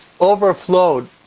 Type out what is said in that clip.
overflowed